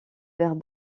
vers